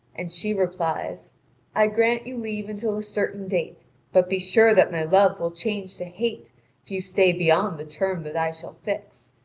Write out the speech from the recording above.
and she replies i grant you leave until a certain date but be sure that my love will change to hate if you stay beyond the term that i shall fix.